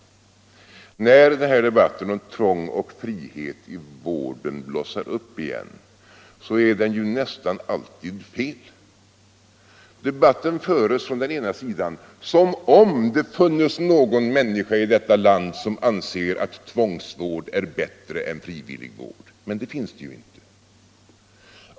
När den här debatten om tvång och frihet i vården blossar upp igen är den ju nästan alltid felaktig. Dcebatten förs från den ena sidan som om det funnes någon människa 1 detta land som anser att tvångsvård är bättre än frivillig vård, men det finns det ju inte.